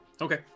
Okay